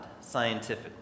scientifically